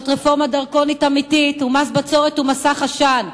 זוהי רפורמה דרקונית אמיתית ומס בצורת ומסך עשן.